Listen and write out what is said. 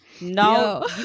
No